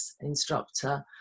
instructor